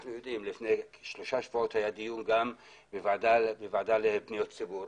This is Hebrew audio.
לפני שלושה שבועות היה דיון בוועדה לפניות הציבור